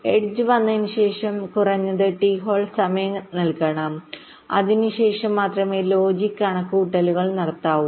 edge വന്നതിനുശേഷം കുറഞ്ഞത് T hold സമയം നൽകണം അതിനുശേഷം മാത്രമേ ലോജിക് കണക്കുകൂട്ടലുകൾ നടത്താവൂ